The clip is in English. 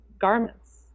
garments